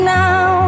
now